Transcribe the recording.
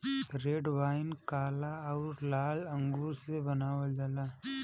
red wine काला आउर लाल अंगूर से बनावल जाला